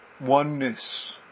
oneness